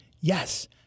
Yes